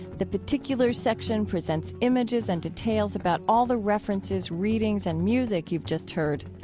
the particulars section presents images and details about all the references, readings and music you've just heard.